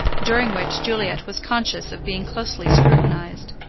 during which juliet was conscious of being closely scrutinized.